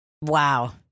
Wow